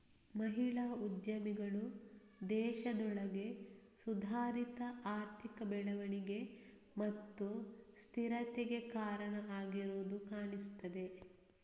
ಮಹಿಳಾ ಉದ್ಯಮಿಗಳು ದೇಶದೊಳಗೆ ಸುಧಾರಿತ ಆರ್ಥಿಕ ಬೆಳವಣಿಗೆ ಮತ್ತು ಸ್ಥಿರತೆಗೆ ಕಾರಣ ಆಗಿರುದು ಕಾಣ್ತಿದೆ